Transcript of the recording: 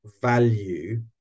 value